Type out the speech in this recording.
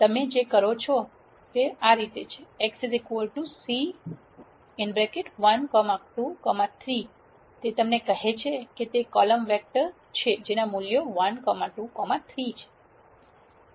તમે જે કરો છો તે છે X c 1 2 3 તે તમને કહે છે કે તે કોલમ વેક્ટર છે જેના મૂલ્યો 1 2 3 છે